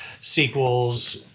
sequels